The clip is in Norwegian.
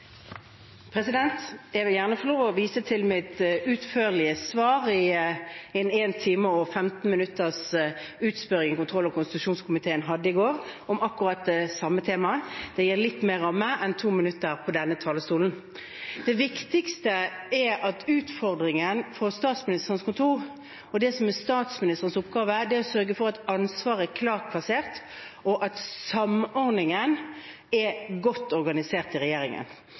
Jeg vil gjerne få lov å vise til mitt utførlige svar i den 1 time og 15 minutter lange utspørringen kontroll- og konstitusjonskomiteen hadde i går om akkurat det samme temaet. Det gir litt mer rom enn to minutter på denne talerstolen. Den viktigste utfordringen for Statsministerens kontor, og det som er statsministerens oppgave, er å sørge for at ansvaret er klart plassert, og at samordningen er godt organisert i regjeringen.